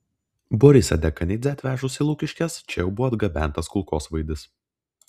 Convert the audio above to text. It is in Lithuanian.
borisą dekanidzę atvežus į lukiškes čia jau buvo atgabentas kulkosvaidis